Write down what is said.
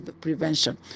prevention